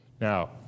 Now